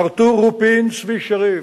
ארתור רופין, צבי שריב,